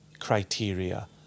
criteria